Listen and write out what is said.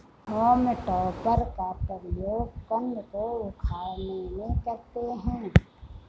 home टॉपर का प्रयोग कन्द को उखाड़ने में करते हैं